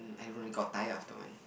I don't know they got tired after one